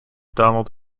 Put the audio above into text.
donald